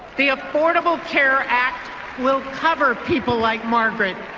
the affordable care act will cover people like margaret.